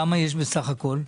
כמה יש בסך הכול?